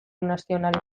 nazionalik